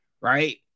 right